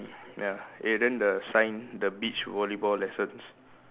ya eh then the sign the beach volleyball lessons